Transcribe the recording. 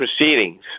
proceedings